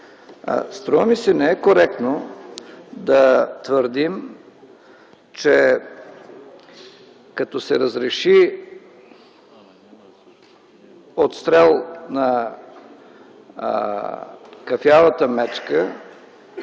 Струва ми се, че не е коректно да твърдим, че като се разреши отстрел на кафявата мечка,